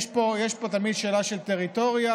יש פה תמיד שאלה של טריטוריה.